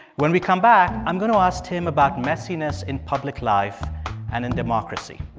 when we come back, i'm going to ask tim about messiness in public life and in democracy.